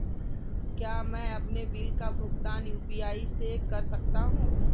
क्या मैं अपने बिल का भुगतान यू.पी.आई से कर सकता हूँ?